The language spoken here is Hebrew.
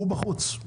הוא בחוץ.